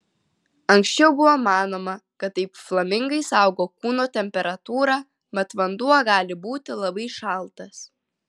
anksčiau buvo manoma kad taip flamingai saugo kūno temperatūrą mat vanduo gali būti labai šaltas